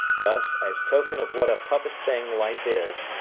thus, as token of what a puppet thing life is,